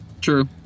True